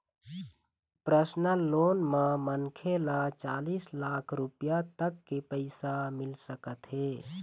personal loan म मनखे ल चालीस लाख रूपिया तक के पइसा मिल सकत हे